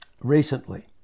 recently